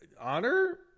honor